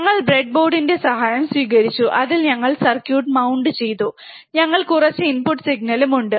ഞങ്ങൾ ബ്രെഡ്ബോർഡിന്റെ സഹായം സ്വീകരിച്ചു അതിൽ ഞങ്ങൾ സർക്യൂട്ട് മൌണ്ട്ണ്ട് ചെയ്തു ഞങ്ങൾക്ക് കുറച്ച് ഇൻപുട്ട് സിഗ്നലും ഉണ്ട്